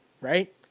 right